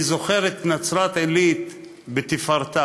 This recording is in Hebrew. אני זוכר את נצרת-עילית בתפארתה.